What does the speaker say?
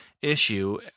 issue